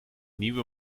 nieuwe